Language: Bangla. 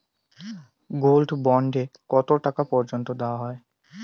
গোল্ড বন্ড এ কতো টাকা পর্যন্ত দেওয়া হয়?